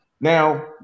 Now